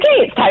Okay